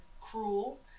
cruel